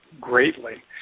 greatly